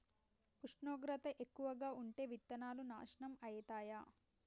ఉష్ణోగ్రత ఎక్కువగా ఉంటే విత్తనాలు నాశనం ఐతయా?